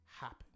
happen